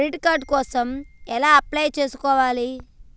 Credit card కోసం ఎలా apply చేసుకోవాలి?